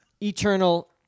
Eternal